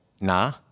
nah